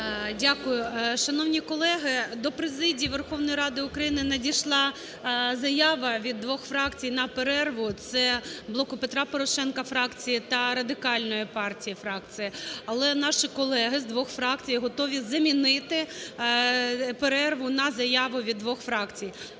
Дякую. Шановні колеги, до президії Верховної Ради України надійшла заява від двох фракцій на перерву - це "Блоку Петра Порошенка" фракції та Радикальної партії фракції. Але наші колеги з двох фракцій готові замінити перерву на заяву від двох фракцій.